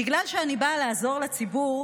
בגלל שאני באה לעזור לציבור,